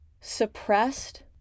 suppressed